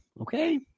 okay